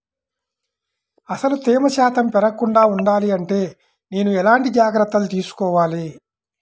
అసలు తేమ శాతం పెరగకుండా వుండాలి అంటే నేను ఎలాంటి జాగ్రత్తలు తీసుకోవాలి?